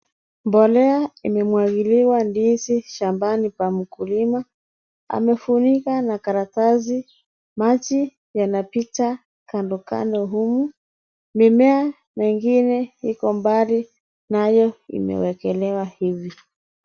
Mbolea imemwagiliwa ndizi shambani pa mkulima, amefunika na karatasi, maji inapita kando kando humu, mimea mengine iko mbali nayo imeekelewa hivi.